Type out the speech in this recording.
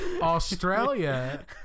Australia